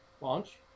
Launch